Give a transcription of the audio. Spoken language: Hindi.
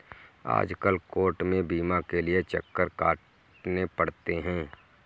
आजकल कोर्ट में बीमा के लिये चक्कर काटने पड़ते हैं